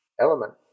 element